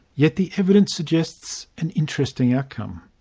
yet the evidence suggests an interesting outcome.